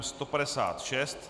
156.